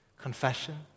confession